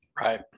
right